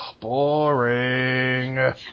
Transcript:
Boring